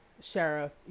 Sheriff